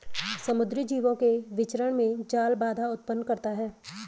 समुद्री जीवों के विचरण में जाल बाधा उत्पन्न करता है